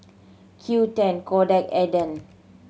Qoo ten Kodak Aden